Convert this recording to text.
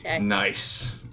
Nice